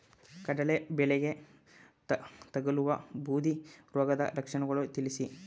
ಕಡಲೆ ಬೆಳೆಗೆ ತಗಲುವ ಬೂದಿ ರೋಗದ ಲಕ್ಷಣಗಳನ್ನು ತಿಳಿಸಿ?